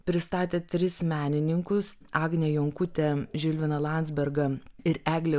pristatė tris menininkus agnę jonkutę žilviną landzbergą ir eglę